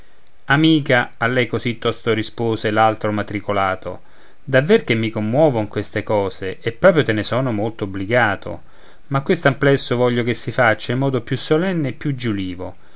amica a lei così tosto rispose l'altro matricolato davver che mi commuovon queste cose e proprio te ne son molto obbligato ma questo amplesso voglio che si faccia in modo più solenne e più giulivo